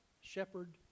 shepherd